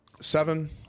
seven